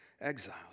exiles